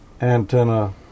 antenna